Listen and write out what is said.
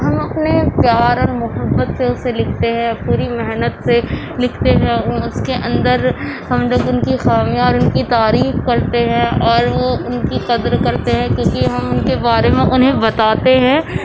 ہم اپنے پیار اور محبت سے اسے لکھتے ہیں پوری محنت سے لکھتے ہیں اور اس کے اندر ہم لوگ ان کی خامیاں اور ان کی تعریف کرتے ہیں اور وہ ان کی قدر کرتے ہیں کیونکہ ہم ان کے بارے میں انہیں بتاتے ہیں